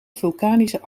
vulkanische